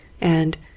And